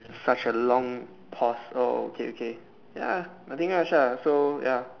such a long pause oh okay okay ya nothing much ah so ya